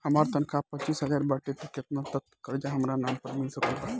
हमार तनख़ाह पच्चिस हज़ार बाटे त केतना तक के कर्जा हमरा नाम पर मिल सकत बा?